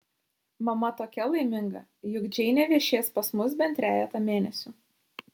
mama tokia laiminga juk džeinė viešės pas mus bent trejetą mėnesių